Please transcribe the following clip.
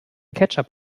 ketchup